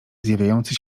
zjawiający